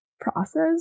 process